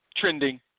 trending